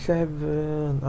Seven